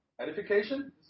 Edification